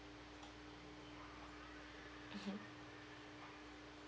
mmhmm